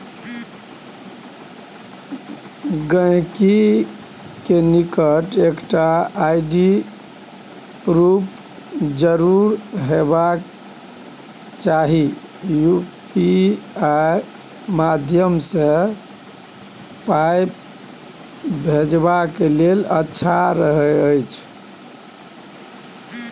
गांहिकी लग एकटा आइ.डी हेबाक चाही यु.पी.आइ माध्यमसँ पाइ भेजबाक लेल